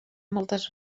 moltes